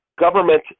government